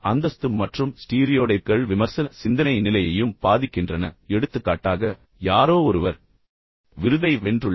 அந்தஸ்து மற்றும் ஸ்டீரியோடைப்கள் விமர்சன சிந்தனை நிலையையும் பாதிக்கின்றன எடுத்துக்காட்டாக யாரோ ஒருவர் மதிப்புமிக்க விருதை வென்றுள்ளார்